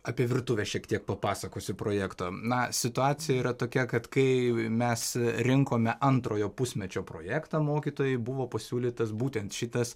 apie virtuvę šiek tiek papasakosiu projekto na situacija yra tokia kad kai mes rinkome antrojo pusmečio projektą mokytojai buvo pasiūlytas būtent šitas